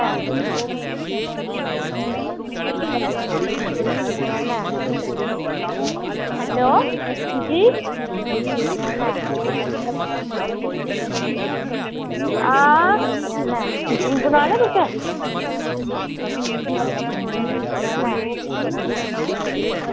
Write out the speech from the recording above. hello अंजी आं बनाने तुसें